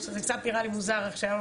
שזה קצת נראה לי מוזר עכשיו,